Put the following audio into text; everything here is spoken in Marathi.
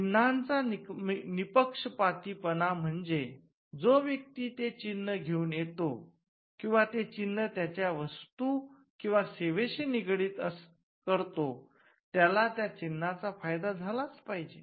चिन्हाचा निपक्षपातीपणा म्हणजे जो व्यक्ती ते चिन्ह घेऊन येतो किंवा ते चिन्ह त्याच्या वस्तू किंवा सेवेशी निगडित करतो त्याला त्या चिन्हाचा फायदा झालाच पाहिजे